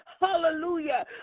hallelujah